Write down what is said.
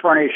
furnish